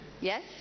yes